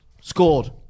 scored